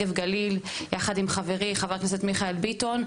ופיתוח הנגב והגליל יחד עם חברי חבר הכנסת מיכאל ביטון,